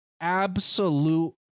absolute